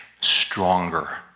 stronger